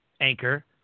Anchor